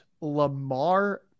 Lamar